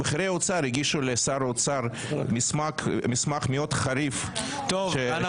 בכירי האוצר הגישו לשר האוצר מסמך מאוד חריף --- טוב,